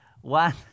one